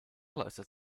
closer